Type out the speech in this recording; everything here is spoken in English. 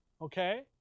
okay